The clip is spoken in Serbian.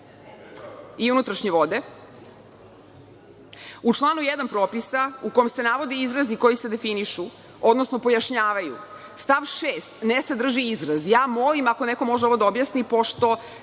i unutrašnje vode. U članu 1. Propisa u kome se navode izrazi koji se definišu, odnosno pojašnjavaju, stav 6. ne sadrži izraz. Molim ako ovo neko može da objasni pošto